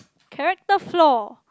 character flaw